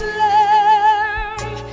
love